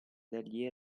degli